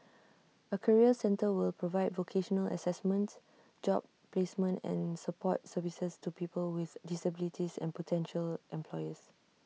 A career centre will provide vocational Assessment job placement and support services to people with disabilities and potential employers